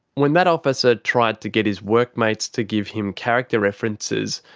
when that officer tried to get his workmates to give him character references,